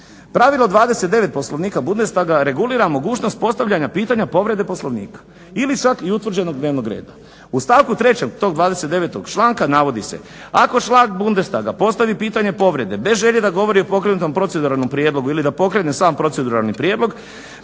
Pravilo 29. Poslovnika Bundestaga regulira mogućnost postavljanja pitanja povrede Poslovnika ili čak utvrđenog dnevnog reda. U stavku 3. tog 29. članka navodi se "ako član Bundestaga postavi pitanje povrede bez želje da govori o pokrenutom proceduralnom prijedlogu ili da pokrene sam proceduralni prijedlog